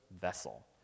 vessel